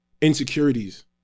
insecurities